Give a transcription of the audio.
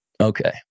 Okay